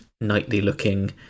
knightly-looking